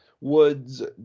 Woods